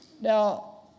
Now